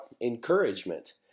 encouragement